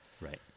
Right